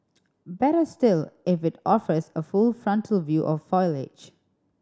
better still if it offers a full frontal view of foliage